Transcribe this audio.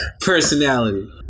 Personality